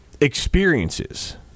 experiences